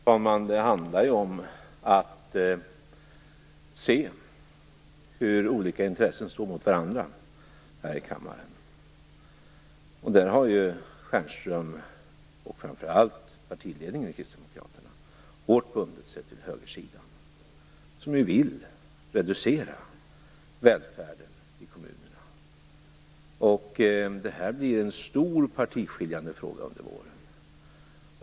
Fru talman! Det handlar ju om att se hur olika intressen står mot varandra här i kammaren. Där har Stjernström, och framför allt partiledningen i Kristdemokraterna, hårt bundit sig till högersidan, som ju vill reducera välfärden i kommunerna. Det här blir en stor partiskiljande fråga under våren.